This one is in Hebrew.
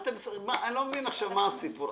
--- אני לא מבין עכשיו מה הסיפור.